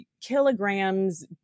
kilograms